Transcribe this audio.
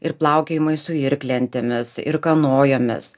ir plaukiojimai su irklentėmis ir kanojomis